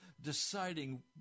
deciding